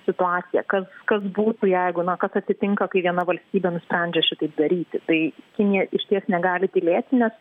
situaciją kas kas būtų jeigu na kas atsitinka kai viena valstybė nusprendžia šitaip daryti tai kinija išties negali tylėti nes